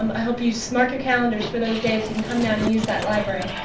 um i hope you so mark your calendars for those days. you can come down and use that library.